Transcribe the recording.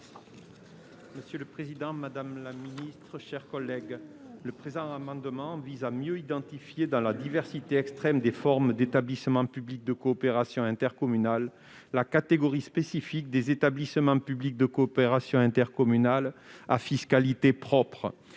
: La parole est à M. Jean-Jacques Michau. Le présent amendement vise à mieux identifier, dans la diversité extrême des formes d'établissements publics de coopération intercommunale, la catégorie spécifique des établissements publics de coopération intercommunale à fiscalité propre.